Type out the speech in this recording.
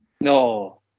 No